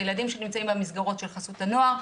אלה ילדים שנמצאים במסגרות של חסות הנוער,